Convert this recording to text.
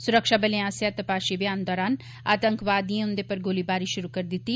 सुरक्षाबले आस्सेआ तपाशी अमियान दौरान आतंकवादिए उंदे पर गोलीबारी शुरू करी दित्ती